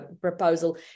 proposal